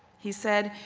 he said,